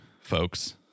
folks